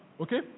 Okay